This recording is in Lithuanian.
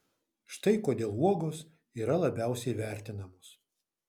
štai kodėl uogos yra labiausiai vertinamos